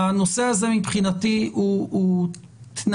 הנושא הזה מבחינתי הוא תנאי.